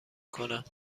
کنم